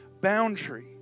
boundary